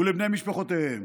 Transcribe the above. ולבני משפחותיהם.